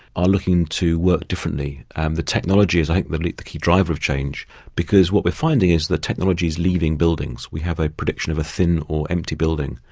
are looking to work differently. and the technology is like the like the key driver of change because what we're finding is the technology is leaving buildings. we have a prediction of a thin or empty building,